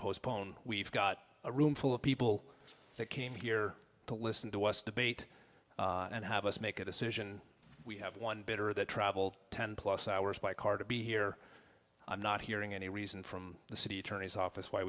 postpone we've got a room full of people that came here to listen to us debate and have us make a decision we have one better that traveled ten plus hours by car to be here i'm not hearing any reason from the city attorney's office why